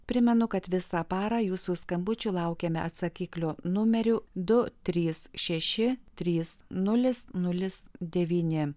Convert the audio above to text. primenu kad visą parą jūsų skambučių laukiame atsakiklio numeriu du trys šeši trys nulis nulis devyni